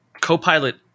Copilot